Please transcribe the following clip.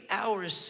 hours